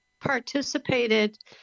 participated